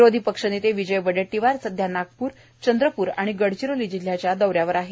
विरोधी पक्षनेते विजय वडेट्टीवार सध्या नागप्र चंद्रप्र आणि गडचिरोली जिल्ह्याच्या दौऱ्यावर आहेत